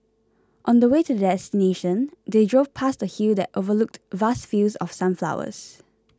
on the way to their destination they drove past a hill that overlooked vast fields of sunflowers